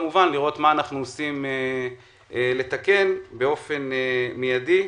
מה אנחנו עושים כדי לתקן את המצב באופן מיידי?